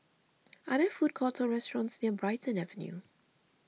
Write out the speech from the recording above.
are there food courts or restaurants near Brighton Avenue